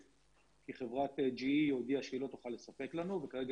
כי חברת GE הודיעה שלא תוכל לספק לנו וכרגע